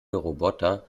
roboter